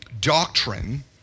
doctrine